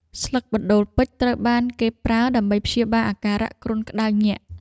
ស្លឹកបណ្តូលពេជ្រត្រូវបានគេប្រើដើម្បីព្យាបាលអាការៈគ្រុនក្តៅញាក់។